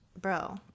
bro